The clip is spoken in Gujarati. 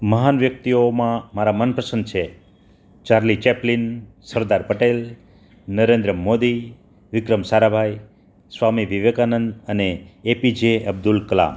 મહાન વ્યક્તિઓમાં મારા મનપસંદ છે ચાર્લી ચેપ્લિન સરદાર પટેલ નરેન્દ્ર મોદી વિક્રમ સારાભાઈ સ્વામી વિવેકાનંદ અને એપીજે અબ્દુલ કલામ